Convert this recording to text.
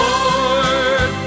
Lord